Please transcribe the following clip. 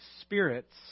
spirits